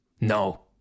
No